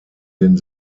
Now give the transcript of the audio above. den